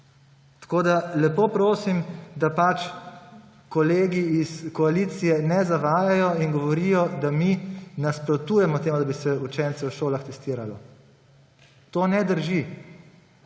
šol. Lepo prosim, da kolegi iz koalicije ne zavajajo in govorijo, da mi nasprotujemo temu, da bi se učence v šolah testiralo. To ne drži.